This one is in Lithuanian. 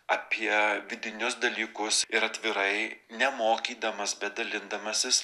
apie vidinius dalykus ir atvirai nemokydamas bet dalindamasis